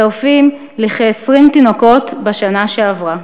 והם מצטרפים לכ-20 תינוקות בשנה שעברה.